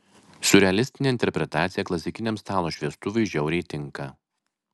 siurrealistinė interpretacija klasikiniam stalo šviestuvui žiauriai tinka